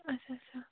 اچھا اچھا